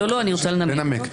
אני רוצה לנמק.